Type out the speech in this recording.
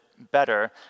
better